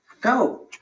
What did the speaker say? Go